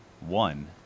one